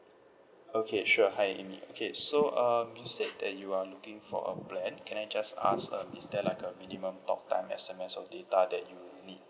okay sure hi amy okay so um you said that you are looking for a plan can I just ask um is there like a minimum talk time S_M_S or data that you would need